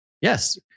Yes